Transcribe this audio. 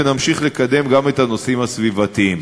ונמשיך לקדם גם את הנושאים הסביבתיים.